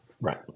Right